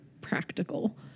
practical